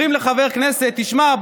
אומרים לחבר כנסת: תשמע,